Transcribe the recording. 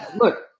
look